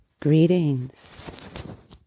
Greetings